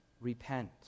repent